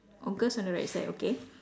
oh ghost on the right side okay